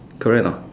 correct or not